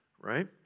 right